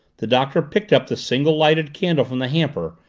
the doctor picked up the single lighted candle from the hamper,